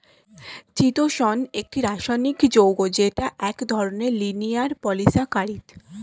চিতোষণ একটি রাসায়নিক যৌগ যেটা এক ধরনের লিনিয়ার পলিসাকারীদ